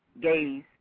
gays